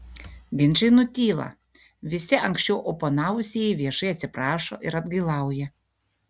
ginčai nutyla visi anksčiau oponavusieji viešai atsiprašo ir atgailauja